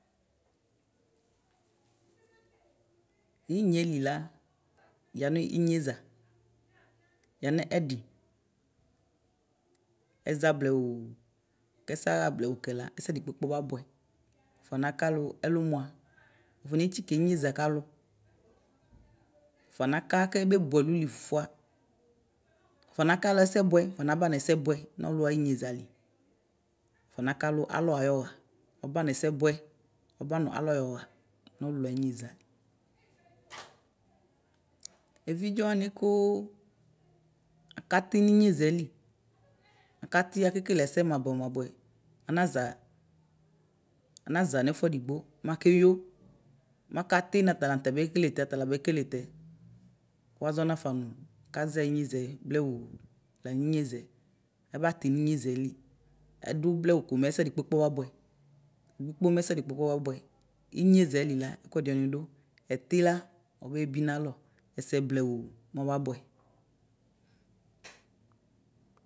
Inyeli la yanʋ inyeza yanɛ ɛdi, ɛza blewʋ kɛsɛ aɣa blewʋ kɛla ɛdi kpekpe ɔbabʋɛ, ɔfɔnaka kɛbebʋ ɛloli fʋfʋa afɔnakalʋ ɛsɛbʋɛ afɔnabanʋ ɛsɛbʋɛ malʋ ayʋ inyeliza ɔfɔnaka alʋ alɔ ayʋ ɔɣa ɔbanʋ ɛsɛbʋɛ ɔbanʋ alɔ ayʋ ɔɣa nʋ ɔlʋlʋ ayʋ inyeliza. Evidze wani kʋ akati nʋ inyezali, akati akekele ɛsɛ mʋabʋɛ mʋabʋɛ, anaza, anaza nʋ ɛfʋadigboo makeyo, makati natalata bekeletɛ ta bekeleke tɛ, wʋazɔ nafa nʋ kaza inyezayɛ blewʋ, lanʋ inyeza, ɛbati ninyezali, edʋ blewʋɛ kʋmɛ ɛsɛ di kpokpo woa bʋɛ, di kpo mɛ ɛsɛ di kpokpo woa bʋɛ; inyezali la ɛkʋɛdi ɔmidʋ, ɛtila ɔbe bi nalɔ ɛsɛ blewʋ mɔvabʋɛ